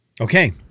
Okay